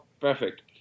Perfect